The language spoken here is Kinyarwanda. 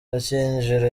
gakinjiro